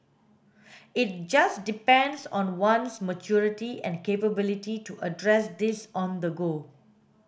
it just depends on one's maturity and capability to address these on the go